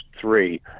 three